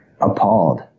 appalled